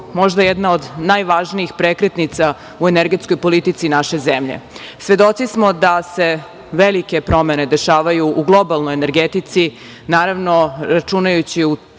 možda jedna od najvažnijih prekretnica u energetskoj politici naše zemlje. Svedoci smo da se velike promene dešavaju u globalnoj energetici, naravno računajući u